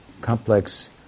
complex